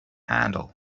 handle